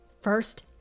first